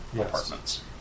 apartments